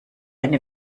eine